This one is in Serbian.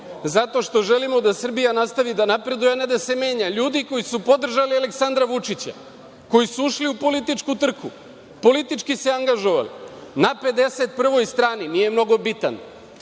zato što želimo da Srbija nastavi da napreduje, a ne da se menja, ljudi koji su podržali Aleksandra Vučića, koji su ušli u političku trku, politički se angažovali na 51. strani, nije mnogo bitan,